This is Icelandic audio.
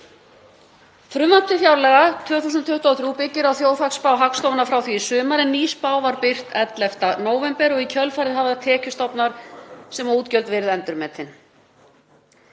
Frumvarp til fjárlaga 2023 byggir á þjóðhagsspá Hagstofunnar frá því í sumar en ný spá var birt 11. nóvember og í kjölfarið hafa tekjustofnar og útgjöld verið endurmetin.